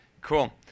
Cool